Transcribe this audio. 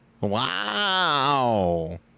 Wow